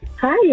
Hi